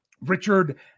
Richard